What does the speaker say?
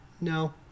no